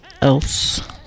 else